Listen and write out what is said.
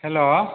hello